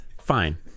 fine